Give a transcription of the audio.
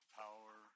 power